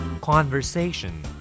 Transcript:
Conversation